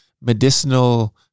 medicinal